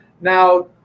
Now